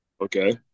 Okay